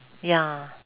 ya